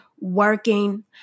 working